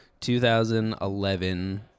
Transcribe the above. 2011